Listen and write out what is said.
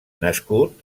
nascut